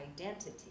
identity